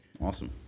Awesome